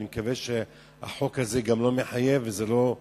אני מקווה שהחוק הזה גם לא מחייב, וזה גם לא,